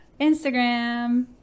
Instagram